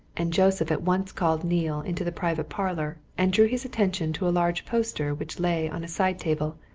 and joseph at once called neale into the private parlour, and drew his attention to a large poster which lay on a side-table,